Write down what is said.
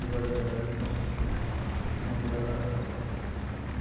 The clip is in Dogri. दरवाजा जेह्ड़ा बी ऐ मंदरा दा